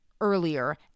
earlier